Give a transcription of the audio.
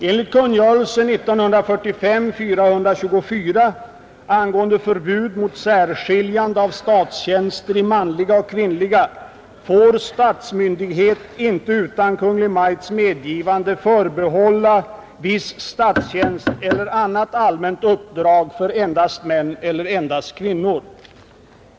Enligt kungörelse angående förbud mot särskiljande av statstjänster i manliga och kvinnliga får statsmyndighet inte utan Kungl. Maj:ts medgivande förbehålla viss statstjänst eller annat allmänt uppdrag för endast män eller endast kvinnor.